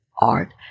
art